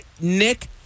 Nick